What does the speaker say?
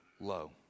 low